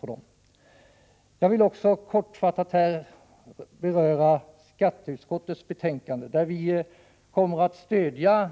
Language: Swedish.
Kortfattat vill jag också beträffande skatteutskottets betänkande 50 säga att vi kommer att stödja